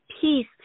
peace